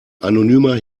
anonymer